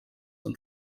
und